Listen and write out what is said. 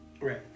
Right